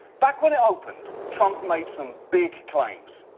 back when it opened, trump made some big claims.